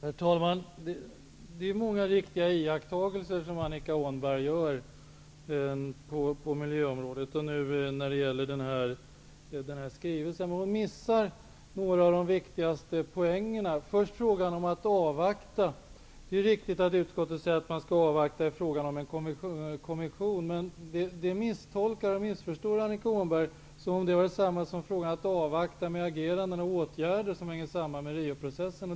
Herr talman! Det är många riktiga iakttagelser som Annika Åhnberg gör på miljöområdet med anledning av den här skrivelsen. Men hon missar några av de viktigaste poängerna. Det är riktigt att utskottet säger att man skall avvakta i fråga om en kommission. Men det missförstår Annika Åhnberg och tolkar det som om det var samma sak som att avvakta med ageranden och åtgärder som hänger samman med Rioprocessen.